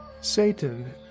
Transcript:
Satan